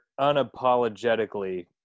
unapologetically